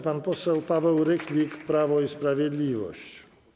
Pan poseł Paweł Rychlik, Prawo i Sprawiedliwość.